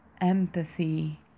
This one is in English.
empathy